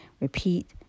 repeat